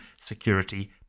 security